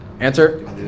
Answer